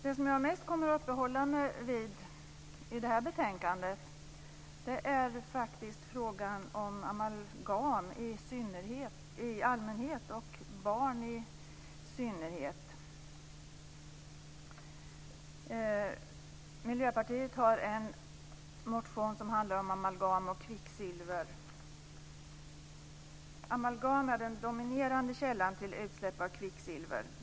Det som jag mest kommer att uppehålla mig vid i det här betänkandet är faktiskt frågan om amalgam i allmänhet och hos barn i synnerhet. Miljöpartiet har en motion som handlar om amalgam och kvicksilver. Amalgam är den dominerande källan till utsläpp av kvicksilver.